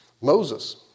Moses